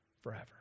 forever